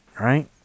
right